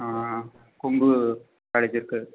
Kongu college இருக்குது